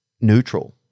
neutral